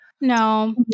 No